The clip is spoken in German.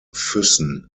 füssen